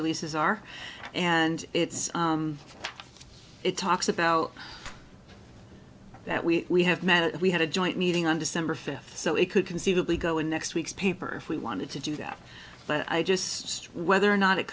releases are and it's it talks about that we have met we had a joint meeting on december fifth so it could conceivably go in next week's paper if we wanted to do that but i just say whether or not it